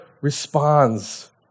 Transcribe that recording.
responds